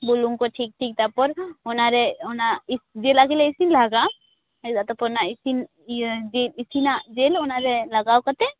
ᱵᱩᱞᱩᱝ ᱠᱚ ᱴᱷᱤᱠ ᱴᱷᱤᱠ ᱛᱟᱯᱚᱨ ᱚᱱᱟᱨᱮ ᱚᱱᱟ ᱤᱥ ᱡᱤᱞ ᱟᱜᱮᱞᱮ ᱤᱥᱤᱱ ᱞᱟᱦᱟ ᱠᱟᱜᱼᱟ ᱦᱩᱭᱩᱜᱼᱟ ᱛᱟᱨᱯᱚᱨ ᱚᱱᱟ ᱤᱥᱤᱱ ᱤᱭᱟ ᱡᱤᱞ ᱤᱥᱤᱱᱟᱜ ᱡᱤᱞ ᱚᱱᱟᱨᱮ ᱞᱟᱜᱟᱣ ᱠᱟᱛᱮ